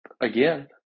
Again